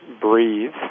Breathe